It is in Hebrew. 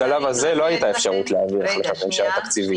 בשלב הזה לא הייתה אפשרות להעביר החלטת ממשלה תקציבית,